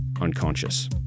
unconscious